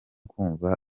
kumva